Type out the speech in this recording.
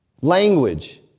Language